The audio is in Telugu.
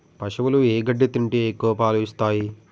పశువులు ఏ గడ్డి తింటే ఎక్కువ పాలు ఇస్తాయి?